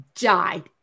died